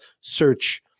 search